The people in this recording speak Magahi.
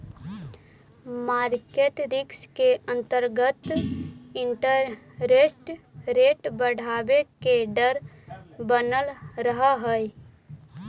मार्केट रिस्क के अंतर्गत इंटरेस्ट रेट बढ़वे के डर बनल रहऽ हई